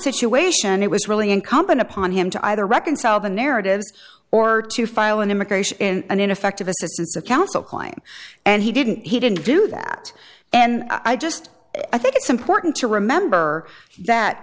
situation it was really incumbent upon him to either reconcile the narratives or to file an immigration in an ineffective assistance of counsel claim and he didn't he didn't do that and i just i think it's important to remember that